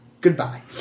Goodbye